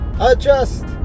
Adjust